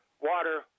water